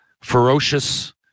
ferocious